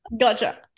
Gotcha